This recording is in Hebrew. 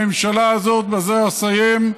הממשלה הזאת, בזה אסיים,